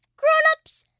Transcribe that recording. grownups,